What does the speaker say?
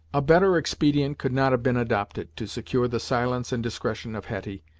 a better expedient could not have been adopted, to secure the silence and discretion of hetty,